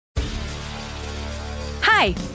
Hi